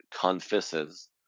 confesses